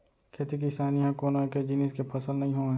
खेती किसानी ह कोनो एके जिनिस के फसल नइ होवय